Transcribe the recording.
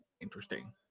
interesting